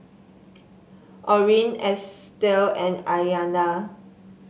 Orrin Estell and Aiyana